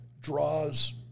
draws